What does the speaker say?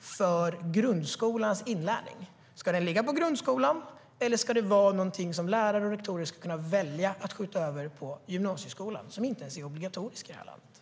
för grundskolans inlärning ska ligga. Ska den ligga på grundskolan, eller ska det vara någonting som lärare och rektorer kan välja att skjuta över på gymnasieskolan - som inte ens är obligatorisk i det här landet?